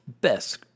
best